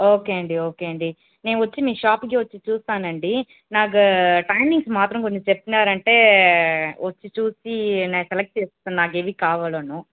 okay అండి okay అండి నేను వచ్చి మీ షాప్కి వచ్చి చూస్తానండి నాకు టైమింగ్స్ మాత్రం కొంచెం చెప్పారు అంటే వచ్చి చూసి నేను సెలెక్ట్ చేస్తాను నాకు ఏవి కావాలనో